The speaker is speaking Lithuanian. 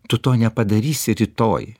tu to nepadarysi rytoj